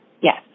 Yes